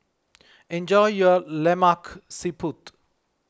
enjoy your Lemak Siput